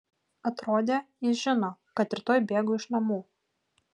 atrodė jis žino kad rytoj bėgu iš namų